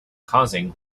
causing